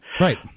Right